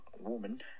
woman